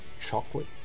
chocolate